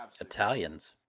Italians